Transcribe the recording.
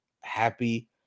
happy